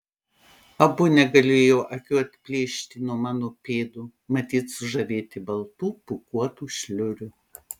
abu negalėjo akių atplėšti nuo mano pėdų matyt sužavėti baltų pūkuotų šliurių